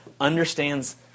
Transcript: understands